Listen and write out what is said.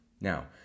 Now